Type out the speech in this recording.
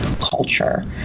culture